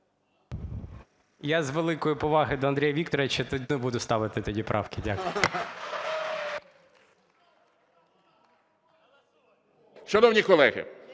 Я, з великої поваги до Андрія Вікторовича, тут не буду ставити тоді правки. Дякую.